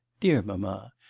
dear mamma!